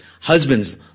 Husbands